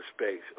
space